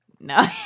No